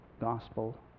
gospel